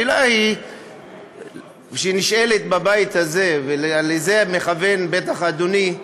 השאלה שנשאלת בבית הזה, ולזה בטח מכוון אדוני,